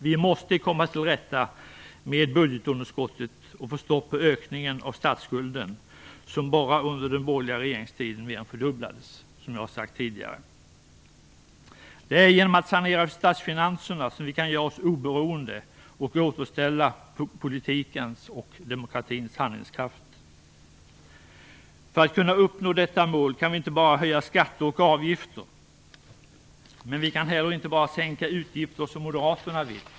Vi måste komma till rätta med budgetunderskottet och få stopp på ökningen av statsskulden, som bara under den borgerliga regeringstiden mer än fördubblades. Det har jag sagt tidigare. Det är genom att sanera statsfinanserna som vi kan göra oss oberoende och återställa politikens och demokratins handlingskraft. Om vi skall uppnå detta mål kan vi inte bara höja skatter och avgifter. Men vi kan heller inte bara sänka utgifter, som moderaterna vill.